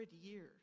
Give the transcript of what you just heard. years